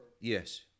yes